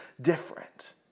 different